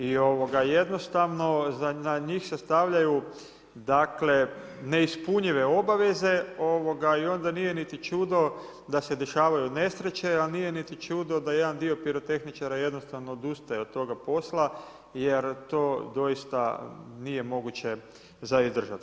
I jednostavno na njih se stavljaju neispunjive obaveze i onda nije niti čudo, da se dešavaju nesreće, a nije niti čudo da jedan dio pirotehničara jednostavno odustaje od toga posla jer to doista nije moguće za izdržati.